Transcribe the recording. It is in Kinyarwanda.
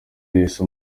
yahise